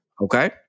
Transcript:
Okay